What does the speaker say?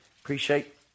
appreciate